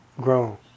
Grown